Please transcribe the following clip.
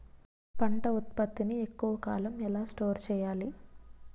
పంట ఉత్పత్తి ని ఎక్కువ కాలం ఎలా స్టోర్ చేయాలి?